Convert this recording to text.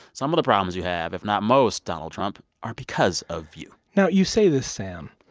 some of the problems you have, if not most, donald trump, are because of you now, you say this, sam,